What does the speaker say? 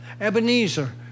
Ebenezer